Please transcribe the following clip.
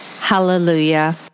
Hallelujah